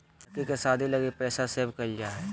लड़की के शादी लगी पैसा सेव क़इल जा हइ